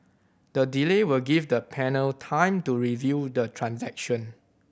the delay will give the panel time to review the transaction